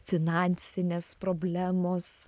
finansinės problemos